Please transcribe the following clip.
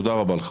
תודה רבה לך.